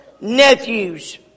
nephews